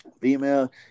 Female